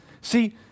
See